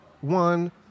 one